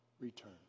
return